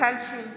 מיכל שיר סגמן,